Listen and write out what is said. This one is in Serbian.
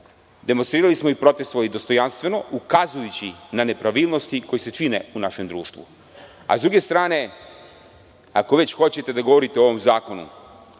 Demonstrirali smo i protestvovali dostojanstveno ukazujući na nepravilnosti koji se čine u našem društvu. Sa druge strane, ako već hoćete da govorite o ovom zakonu,